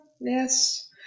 Yes